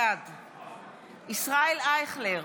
בעד ישראל אייכלר,